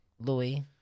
Louis